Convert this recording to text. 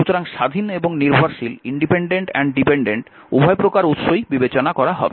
সুতরাং স্বাধীন এবং নির্ভরশীল উভয় প্রকার উৎসই বিবেচনা করা হবে